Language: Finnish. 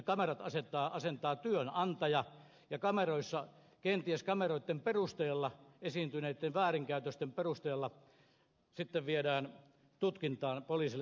ne kamerat asentaa työnantaja ja kenties kameroitten perusteella esiintyneitten väärinkäytösten perusteella sitten viedään poliisille esitutkintaan